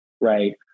right